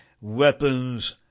weapons